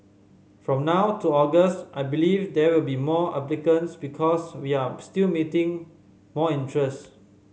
from now to August I believe there will be more applicants because we are still meeting more interest